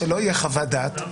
שלא יהיה חוות דעת,